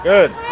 Good